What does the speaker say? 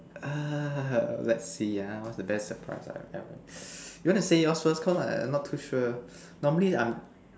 err let's see ah what's the best surprise I've ever you want to say yours first because I'm I'm not too sure normally I'm